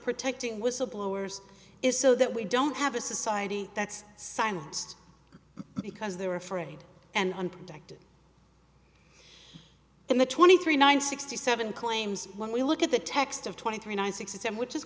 protecting whistleblowers is so that we don't have a society that's silenced because they're afraid and unprotected in the twenty three nine sixty seven claims when we look at the text of twenty three nine six and which